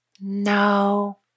No